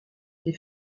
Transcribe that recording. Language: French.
les